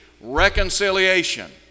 reconciliation